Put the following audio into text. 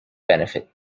benefit